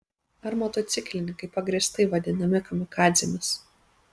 ar motociklininkai pagrįstai vadinami kamikadzėmis